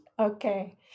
Okay